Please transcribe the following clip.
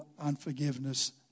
unforgiveness